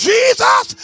Jesus